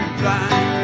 blind